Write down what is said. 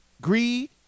greed